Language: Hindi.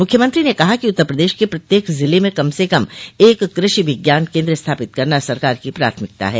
मुख्यमंत्री ने कहा कि उत्तर प्रदेश के प्रत्येक जिले में कम से कम एक कृषि विज्ञान केन्द्र स्थापित करना सरकार की प्राथमिकता है